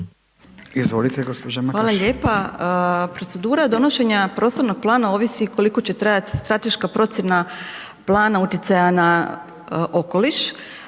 Izvolite gđo. Magaš. **Magaš, Dunja** Hvala lijepa. Procedura donošenja prostornog plana ovisi koliko će trajati strateška procjena plana utjecaja na okoliš,